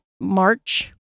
March